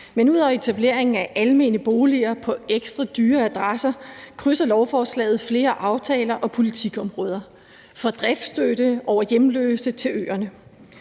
Men ud over etablering af almene boliger på ekstra dyre adresser krydser lovforslaget flere aftaler og politikområder, fra driftsstøtte over hjemløse til øerne.